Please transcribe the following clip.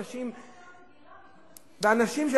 אנשים,